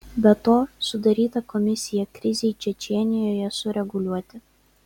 be to sudaryta komisija krizei čečėnijoje sureguliuoti